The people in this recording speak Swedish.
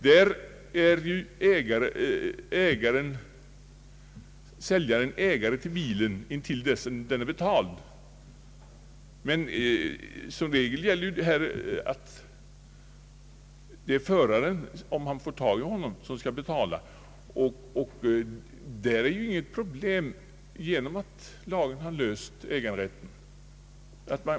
Där är ju säljaren ägare till bilen till dess den är betald, men som regel gäller ju att det är föraren, om man får tag i honom, som skall betala. Där är det inget problem genom att lagen har löst äganderättsfrågan.